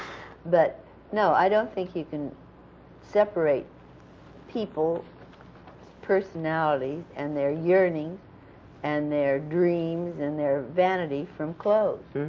but no, i don't think you can separate people's personalities and their yearnings and their dreams and their vanity from clothes,